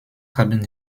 haben